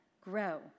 grow